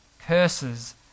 curses